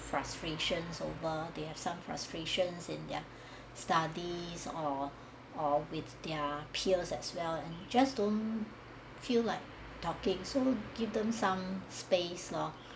frustrations over they have some frustrations in their studies or or with their peers as well and just don't feel like talking so give them some space loh